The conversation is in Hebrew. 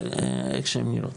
איך שהן נראות.